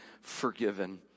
forgiven